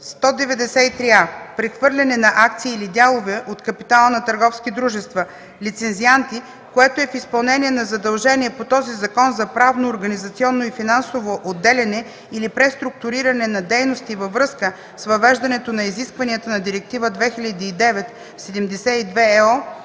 193а. Прехвърляне на акции или дялове от капитала на търговски дружества – лицензианти, което е в изпълнение на задължение по този закон за правно, организационно и финансово отделяне или преструктуриране на дейности във връзка с въвеждането на изискванията на Директива 2009/72/ЕО